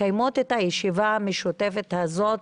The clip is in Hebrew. אנחנו מקיימות את הישיבה המשותפת הזאת